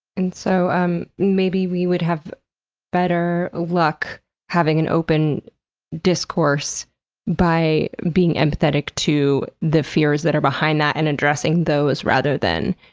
and so and maybe we would have better luck having an open discourse by being empathetic to the fears that are behind that and addressing those, rather than,